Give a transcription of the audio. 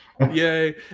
Yay